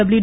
W